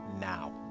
now